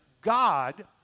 God